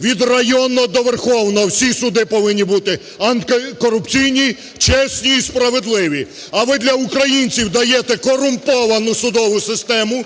Від районного до Верховного всі суди повинні бути антикорупційні, чесні і справедливі. А ви для українців даєте корумповану судову систему,